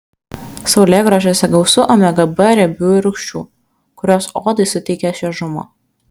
saulėgrąžose gausu omega b riebiųjų rūgščių kurios odai suteikia šviežumo